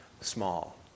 small